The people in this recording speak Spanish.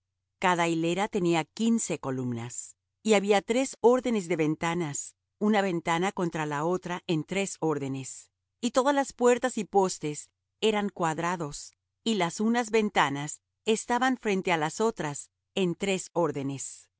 cada hilera tenía quince columnas y había tres órdenes de ventanas una ventana contra la otra en tres órdenes y todas la puertas y postes eran cuadrados y las unas ventanas estaban frente á las otras en tres órdenes